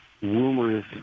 rumors